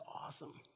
awesome